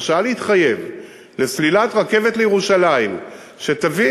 הרשאה להתחייב לסלילת רכבת לירושלים שתביא